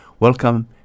Welcome